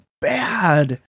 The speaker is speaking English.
bad